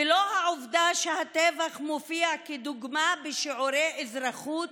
ולא את העובדה שהטבח מופיע כדוגמה בשיעורי אזרחות